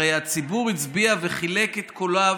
הרי הציבור הצביע וחילק את קולו,